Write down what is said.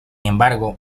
embargo